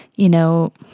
you know,